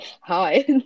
Hi